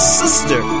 sister